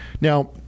Now